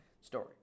story